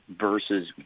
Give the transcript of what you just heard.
versus